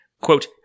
Quote